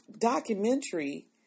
documentary